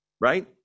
right